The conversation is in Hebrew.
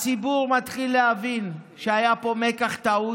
הציבור מתחיל להבין שהיה פה מקח טעות.